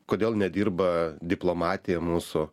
kodėl nedirba diplomatija mūsų